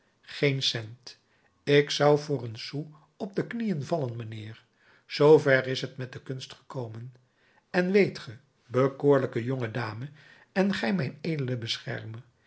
geen cent ik zou voor een sou op de knieën vallen mijnheer zoover is het met de kunst gekomen en weet ge bekoorlijke jonge dame en gij mijn edele beschermer